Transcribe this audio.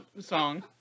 song